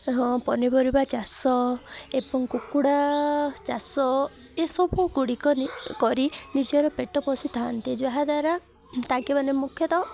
ହଁ ପନିପରିବା ଚାଷ ଏବଂ କୁକୁଡ଼ା ଚାଷ ଏସବୁ ଗୁଡ଼ିକ କରି ନିଜର ପେଟ ପୋଷିଥାନ୍ତି ଯାହାଦ୍ୱାରା ତାଙ୍କେମାନେ ମୁଖ୍ୟତଃ